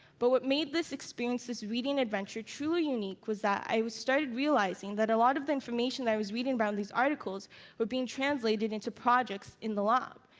but what made this experience, this reading adventure, truly unique was that i started realizing that a lot of the information i was reading around these articles were being translated into projects in the lab.